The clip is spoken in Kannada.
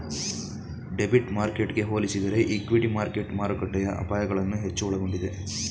ಡೆಬಿಟ್ ಮಾರ್ಕೆಟ್ಗೆ ಹೋಲಿಸಿದರೆ ಇಕ್ವಿಟಿ ಮಾರ್ಕೆಟ್ ಮಾರುಕಟ್ಟೆಯ ಅಪಾಯಗಳನ್ನು ಹೆಚ್ಚು ಒಳಗೊಂಡಿದೆ